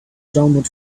download